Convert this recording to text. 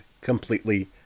completely